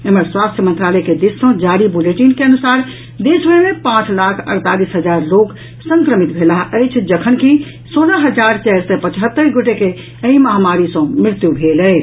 एम्हर स्वास्थ्य मंत्रालय के दिस सँ जारी बुलेटिन के अनुसार देश भरि मे पांच लाख अड़तालीस हजार लोक संक्रमित भेलाह अछि जखन कि सोलह हजार चारि सय पचहत्तरि गोटे के एहि महामारी सँ मृत्यु भेल अछि